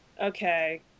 okay